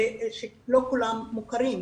שלא כולם מוכרים,